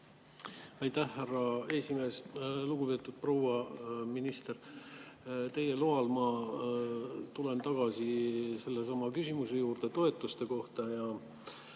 Aitäh, härra esimees! Lugupeetud proua minister! Teie loal ma tulen tagasi sellesama küsimuse juurde toetuste kohta ja